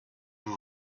vous